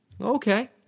Okay